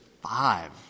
Five